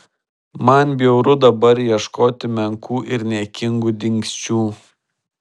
man bjauru dabar ieškoti menkų ir niekingų dingsčių